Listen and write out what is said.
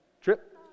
Trip